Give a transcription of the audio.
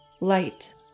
light